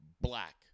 Black